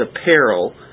apparel